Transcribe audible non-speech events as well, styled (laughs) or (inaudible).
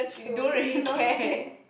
you don't really care (laughs)